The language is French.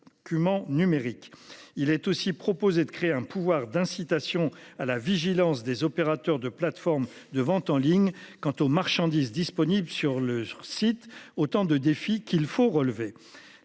Il est aussi proposé de créer un pouvoir d'incitation à la vigilance des opérateurs de plateformes de vente en ligne. Quant aux marchandises disponible sur le site. Autant de défis qu'il faut relever